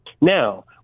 Now